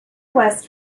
west